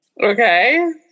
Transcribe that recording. Okay